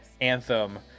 anthem